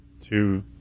Two